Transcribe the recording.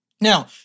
Now